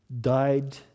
died